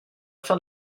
fin